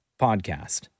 podcast